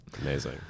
Amazing